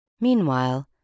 Meanwhile